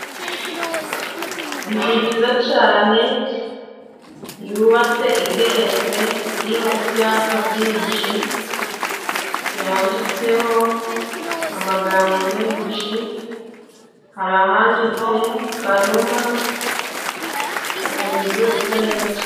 Inzu nziza cyane yubatse igeretse, iriho ibyapa byinshi yanditseho amagambo menshi. Hari ahanditse Kanuma, ni inzu isa neza cyane.